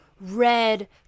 red